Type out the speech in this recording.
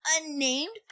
unnamed